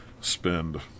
spend